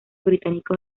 británicos